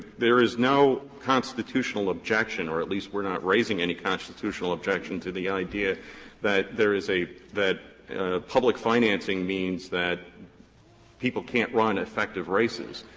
there is no constitutional objection or at least we're not raising any constitutional objection to the idea that there is a that public financing means that people can't run effective races.